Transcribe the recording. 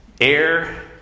air